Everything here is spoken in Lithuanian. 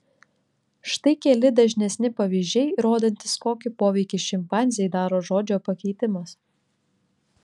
štai keli dažnesni pavyzdžiai rodantys kokį poveikį šimpanzei daro žodžio pakeitimas